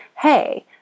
Hey